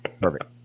perfect